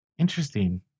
Interesting